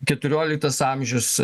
keturioliktas amžius